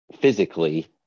physically